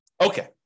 Okay